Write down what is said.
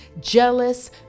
jealous